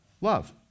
Love